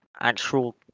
actual